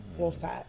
Wolfpack